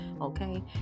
okay